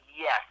Yes